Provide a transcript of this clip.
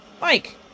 Mike